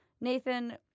Nathan